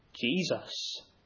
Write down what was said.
Jesus